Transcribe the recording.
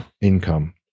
income